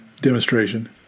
demonstration